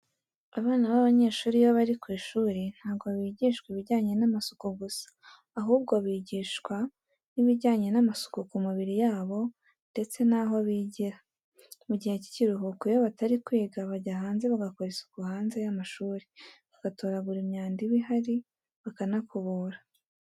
Abana b'abanyeshuri iyo bari ku ishuri ntago bigishwa ibijyanye n'amasuku gusa, ahubwo bigishwa n'ibijyanye n'amasuku ku mibiriri yabo ndetse naho bigira. Mugihe cy'ikiruhuko iyo batari kwiga, bajya hanze bagakora isuku hanze y'amashuri, bagatoragura imyanda iba ihari, bakanakubura.